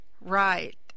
Right